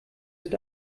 ist